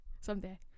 Someday